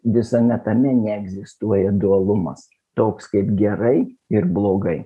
visame tame neegzistuoja dualumas toks kaip gerai ir blogai